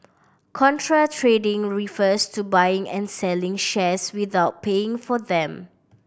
contra trading refers to buying and selling shares without paying for them